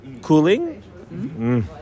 cooling